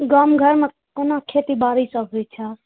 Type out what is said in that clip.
गाम घरमे कोना खेती बाड़ी सब होइत छै